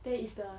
they is the